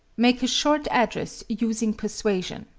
make a short address using persuasion.